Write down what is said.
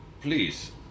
please